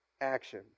action